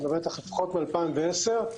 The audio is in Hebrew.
לפחות מ-2010.